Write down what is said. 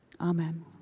amen